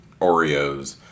Oreos